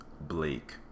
Blake